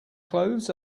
clothes